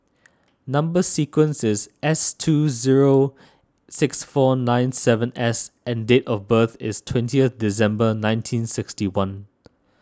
Number Sequence is S two zero six four nine seven S and date of birth is twentieth December nineteen sixty one